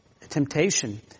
temptation